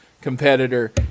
competitor